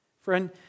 Friend